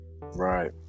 right